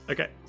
Okay